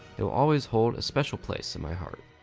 it will always hold a special place in my heart.